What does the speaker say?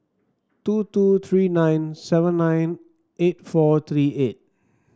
two two three nine seven nine eight four three eight